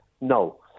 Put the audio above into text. No